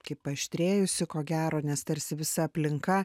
kaip paaštrėjusi ko gero nes tarsi visa aplinka